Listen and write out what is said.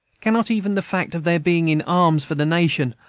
cannot even the fact of their being in arms for the nation,